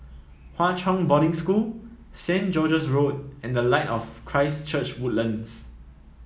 Hwa Chong Boarding School Saint George's Road and the Light of Christ Church Woodlands